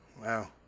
Wow